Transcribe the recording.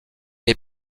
les